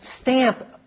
stamp